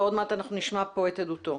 ועוד מעט אנחנו נשמע פה את עדותו.